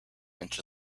into